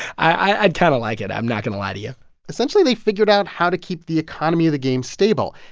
i'd kind of like it. i'm not going to lie to you essentially, they figured out how to keep the economy of the game stable.